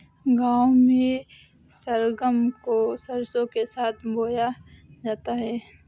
गांव में सरगम को सरसों के साथ बोया जाता है